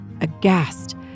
aghast